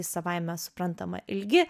savaime suprantama ilgi